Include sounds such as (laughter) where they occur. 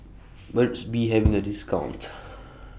(noise) Burt's Bee IS having A discount (noise)